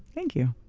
thank you.